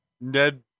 ned